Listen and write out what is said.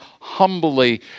humbly